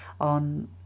on